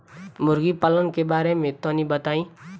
मुर्गी पालन के बारे में तनी बताई?